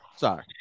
Sorry